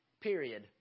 period